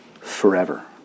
forever